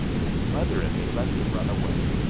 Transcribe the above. and mother and me lets em run away.